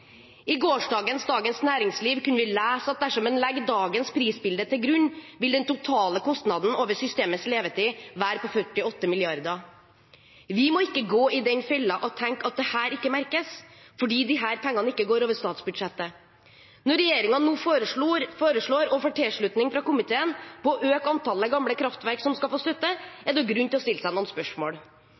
I gårsdagens Dagens Næringsliv kunne vi lese at dersom en legger dagens prisbilde til grunn, vil den totale kostnaden over systemets levetid være på 48 mrd. kr. Vi må ikke gå i den fellen at vi tenker at dette ikke merkes fordi disse pengene ikke går over statsbudsjettet. Når regjeringen nå foreslår og får tilslutning fra komiteen om å øke antallet gamle kraftverk som skal få støtte, er det grunn til å stille seg noen spørsmål.